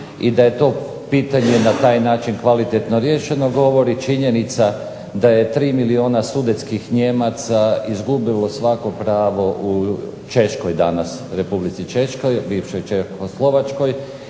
I da je to pitanje na taj način kvalitetno riješeno govori činjenica da je 3 milijuna studentskih Nijemaca izgubilo svako pravo u Češkoj, danas Republici Češkoj, bivšoj Čehoslovačkoj